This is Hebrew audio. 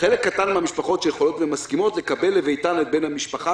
"חלק קטן מן המשפחות שיכולות ומסכימות לקבל לביתן את בן המשפחה,